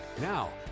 Now